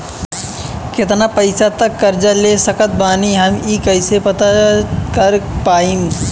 केतना पैसा तक कर्जा ले सकत बानी हम ई कइसे पता कर पाएम?